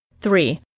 Three